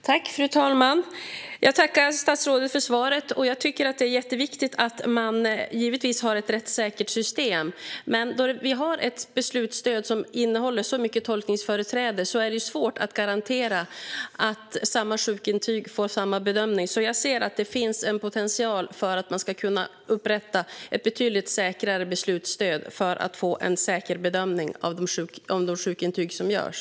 Fru talman! Jag tackar statsrådet för svaret. Det är givetvis jätteviktigt att man har ett rättssäkert system. Men då vi har ett beslutsstöd som innehåller så mycket tolkningsföreträde är det svårt att garantera att samma sjukintyg leder till samma bedömning. Jag ser alltså att det finns potential för att upprätta ett betydligt säkrare beslutsstöd för att få en säker bedömning av de sjukintyg som görs.